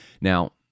Now